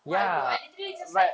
why I do I literally just like